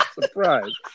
Surprise